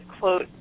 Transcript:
quote